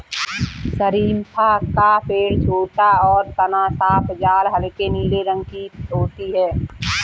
शरीफ़ा का पेड़ छोटा और तना साफ छाल हल्के नीले रंग की होती है